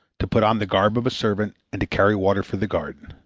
to put on the garb of a servant and to carry water for the garden.